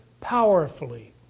powerfully